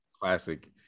classic